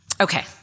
Okay